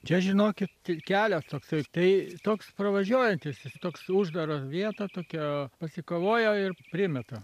čia žinokit kelias toksai tai toks pravažiuojantys jis tokia uždara vieta tokia pasikavoja ir primeta